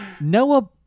Noah